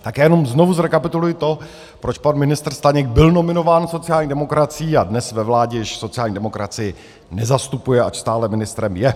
Tak já jenom znovu zrekapituluji to, proč pan ministr Staněk byl nominován sociální demokracií a dnes ve vládě již sociální demokracii nezastupuje, ač stále ministrem je.